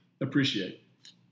appreciate